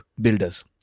builders